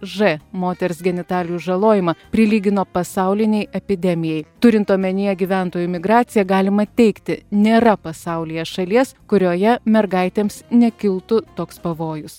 ž moters genitalijų žalojimą prilygino pasaulinei epidemijai turint omenyje gyventojų migraciją galima teigti nėra pasaulyje šalies kurioje mergaitėms nekiltų toks pavojus